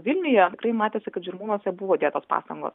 vilniuje tikrai matėsi kad žirmūnuose buvo dėtos pastangos